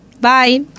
Bye